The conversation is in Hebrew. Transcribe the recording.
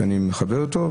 שאני מכבד אותו,